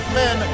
men